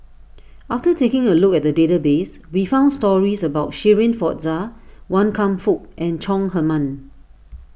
after taking a look at the database we found stories about Shirin Fozdar Wan Kam Fook and Chong Heman